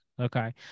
okay